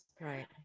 Right